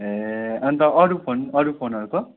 ए अन्त अरू फोन अरू फोनहरूको